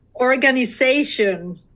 organization